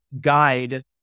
guide